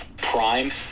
Primes